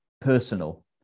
personal